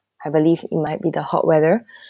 I believe it might be the hot weather